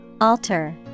Alter